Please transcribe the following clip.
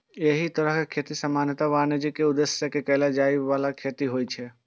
एहि तरहक खेती सामान्यतः वाणिज्यिक उद्देश्य सं कैल जाइ बला खेती मे होइ छै